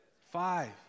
Five